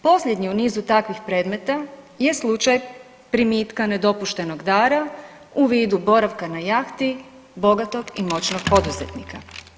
Posljednji u nizu takvih predmeta je slučaj primitka nedopuštenog dara u vidu boravka na jahti bogatog i moćnog poduzetnika.